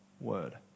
word